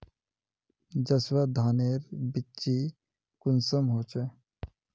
जसवा धानेर बिच्ची कुंसम होचए?